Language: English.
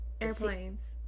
Airplanes